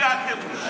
תראה לאן הגעתם.